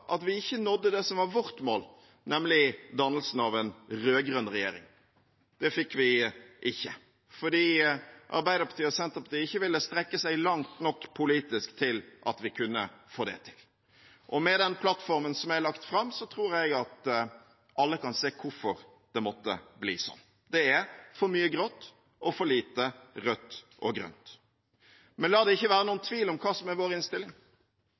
at vi ikke nådde det som var vårt mål, nemlig dannelsen av en rød-grønn regjering. Det fikk vi ikke fordi Arbeiderpartiet og Senterpartiet ikke ville strekke seg langt nok politisk til at vi kunne få det til. Med den plattformen som er lagt fram, tror jeg at alle kan se hvorfor det måtte bli slik. Det er for mye grått og for lite rødt og grønt. Men la det ikke være noen tvil om hva som er vår innstilling.